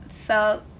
felt